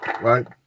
Right